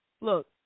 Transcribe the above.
look